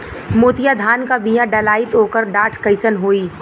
मोतिया धान क बिया डलाईत ओकर डाठ कइसन होइ?